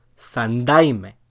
Sandaime